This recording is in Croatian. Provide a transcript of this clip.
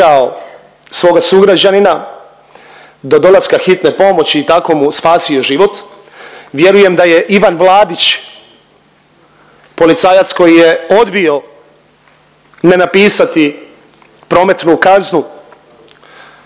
svoga sugrađanina do dolaska hitne pomoći i tako mu spasio život, vjerujem da je Ivan Vladić policajac koji je odbio ne napisati prometnu kaznu